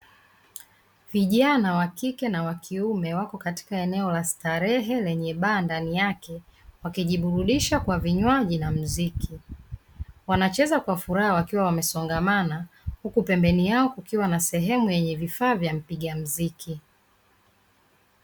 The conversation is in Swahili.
Vijana wa kike na wakiume wako katika eneo la starehe lenye baa ndani yake wakijiburudisha kwa vinywaji na muziki, wanacheza kwa furaha wakiwa wamesongamana huku pembeni yao kukiwa na sehemu yenye vifaa vya mpiga muziki.